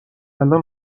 الان